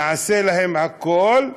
נעשה להם הכול,